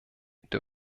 der